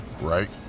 Right